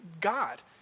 God